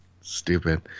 Stupid